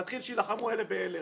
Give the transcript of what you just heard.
להתחיל שיילחמו אלה באלה.